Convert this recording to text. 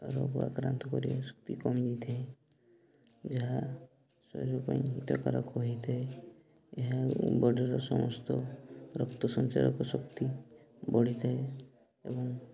ରୋଗ ଆକ୍ରାନ୍ତ କରିବା ଶକ୍ତି କମିଯାଇଥାଏ ଯାହା ଶରୀର ପାଇଁ ହିତକାରକ ହୋଇଥାଏ ଏହା ବଡ଼ିର ସମସ୍ତ ରକ୍ତ ସଞ୍ଚାଳକ ଶକ୍ତି ବଢ଼ିଥାଏ ଏବଂ